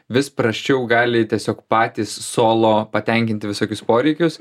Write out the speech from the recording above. vis prasčiau gali tiesiog patys solo patenkinti visokius poreikius